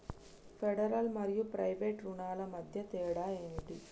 Federal మరియు private రుణాల మధ్య తేడా ఏమిటి?